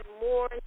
more